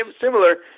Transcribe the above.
similar